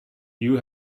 you